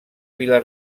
vila